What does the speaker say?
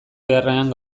beharrean